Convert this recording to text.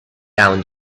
down